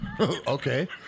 Okay